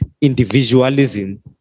individualism